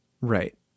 Right